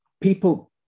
people